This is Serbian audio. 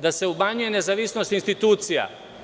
da se umanjuje nezavisnost institucija.